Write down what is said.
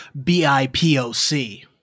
BIPOC